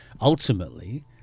ultimately